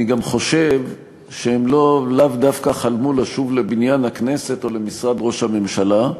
אני גם חושב שהם לאו דווקא חלמו לשוב לבניין הכנסת או למשרד ראש הממשלה.